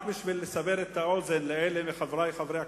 רק בשביל לסבר את האוזן של חברי חברי הכנסת,